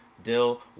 Dill